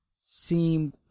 Seemed